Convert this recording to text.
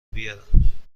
بیارم